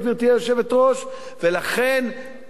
ולכן הוא צריך להיות מוחלף,